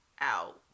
out